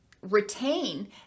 retain